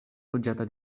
loĝata